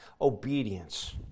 Obedience